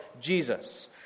Jesus